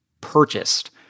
purchased